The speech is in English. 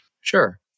Sure